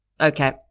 Okay